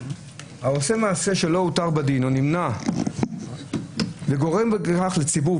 העושה מעשה שלא הותר בדין או נמנע וגורם פגיעה,